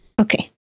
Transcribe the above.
Okay